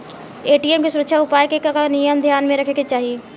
ATM के सुरक्षा उपाय के का का नियम ध्यान में रखे के चाहीं?